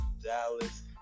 Dallas